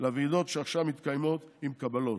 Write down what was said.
שעכשיו מתקיימות, "עם קבלות.